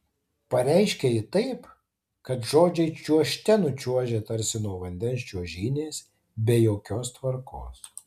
pareiškia ji taip kad žodžiai čiuožte nučiuožia tarsi nuo vandens čiuožynės be jokios tvarkos